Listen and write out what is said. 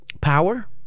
power